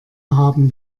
haben